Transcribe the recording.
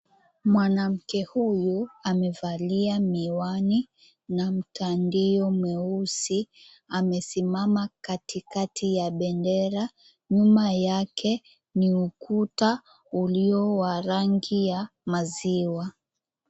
Mwanamke huyu amevalia miwani, na mtandio mweusi. Amesimama katikati ya bendera, nyuma yake ni ukuta ulio wa rangi ya maziwa.